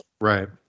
Right